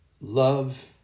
love